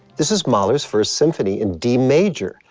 this is mahler's first symphony in d major.